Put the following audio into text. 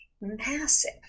massive